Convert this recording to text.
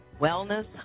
Wellness